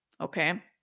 Okay